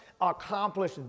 accomplish